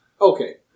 Okay